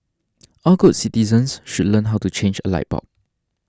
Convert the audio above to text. all good citizens should learn how to change a light bulb